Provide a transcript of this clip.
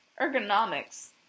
Ergonomics